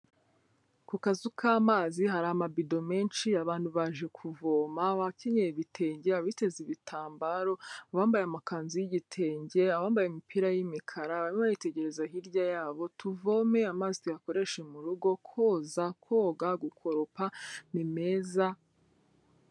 Ku kazu k'amazi, hari amabido menshi, abantu baje kuvoma, abakenyeye ibitenge, abiteze ibitambaro, abambaye amakanzu y'igitenge, abambaye imipira y'imikara, barimo baritegereza hirya yabo, tuvome amazi tuyakoreshe mu rugo, koza, koga, gukoropa, ni meza.